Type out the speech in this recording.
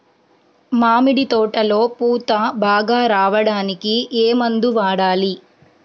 మామిడి తోటలో పూత బాగా రావడానికి ఏ మందు వాడాలి?